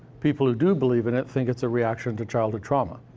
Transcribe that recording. people who do believe in it think it's a reaction to childhood trauma.